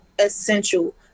essential